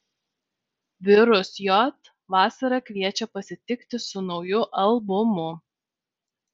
virus j vasarą kviečia pasitikti su nauju albumu